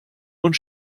und